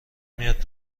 میاد